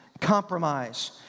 compromise